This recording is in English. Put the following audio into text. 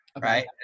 right